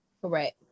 Correct